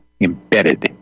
embedded